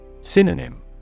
Synonym